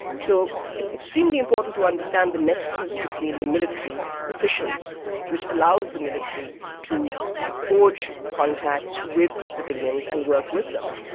so it's extremely important to understand the nexus between the military officials which allows the military to forge contacts with the civilians and work with them.